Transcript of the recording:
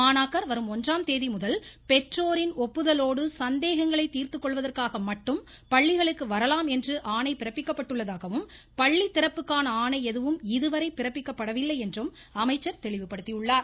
மாணாக்கர் வரும் ஒன்றாம் தேதி சந்தேகங்களை தீர்த்துக்கொள்வதற்காக மட்டும் பள்ளிகளுக்கு வரலாம் என்று ஆணை பிறப்பிக்கப்பட்டுள்ளதாகவும் பள்ளி திறப்புக்கான ஆணை எதுவும் இதுவரை பிறப்பிக்கப்படவில்லை என்றும் அமைச்சர் தெளிவு படுத்தியுள்ளார்